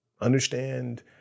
Understand